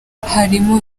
harimo